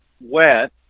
wet